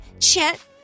Chet